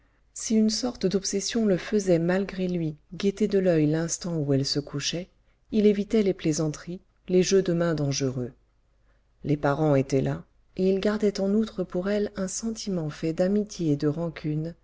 si une sorte d'obsession le faisait malgré lui guetter de l'oeil l'instant où elle se couchait il évitait les plaisanteries les jeux de main dangereux les parents étaient là et il gardait en outre pour elle un sentiment fait d'amitié et de rancune